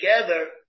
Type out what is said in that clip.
together